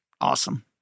Awesome